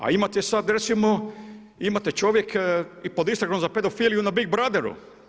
A imate sad, recimo, imate čovjek je pod istragom za pedofiliju na Big brotheru.